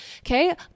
okay